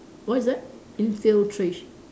what is that infiltra~